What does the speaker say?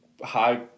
high